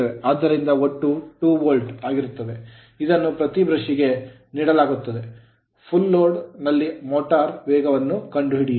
ಆದ್ದರಿಂದ ಇದು ಒಟ್ಟು 2 ವೋಲ್ಟ್ ಆಗಿರುತ್ತದೆ ಇದನ್ನು ಪ್ರತಿ ಬ್ರಷ್ ಗೆ ನೀಡಲಾಗುತ್ತದೆ full load ಪೂರ್ಣ ಲೋಡ್ ನಲ್ಲಿ motor ಮೋಟರ್ ನ ವೇಗವನ್ನು ಕಂಡುಹಿಡಿಯಿರಿ